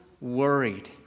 worried